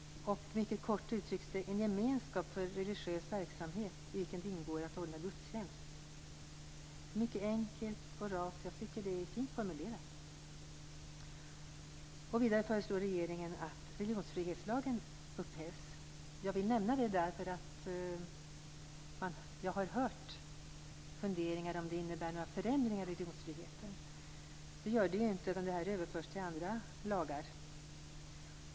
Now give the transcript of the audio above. Mycket kort uttryckt är det en gemenskap för religiös verksamhet i vilken ingår att hålla gudstjänst. Det är mycket enkelt och rakt, och jag tycker att det är fint formulerat. Vidare föreslår regeringen att religionsfrihetslagen upphävs. Jag vill nämna det därför att jag har hört funderingar om det innebär några förändringar i religionsfriheten. Det gör det inte. Dessa bestämmelser överförs till andra lagar.